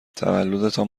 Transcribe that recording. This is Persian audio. تولدتان